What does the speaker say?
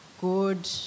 good